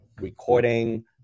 recording